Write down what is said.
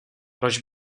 proč